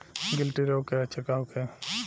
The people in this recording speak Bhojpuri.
गिल्टी रोग के लक्षण का होखे?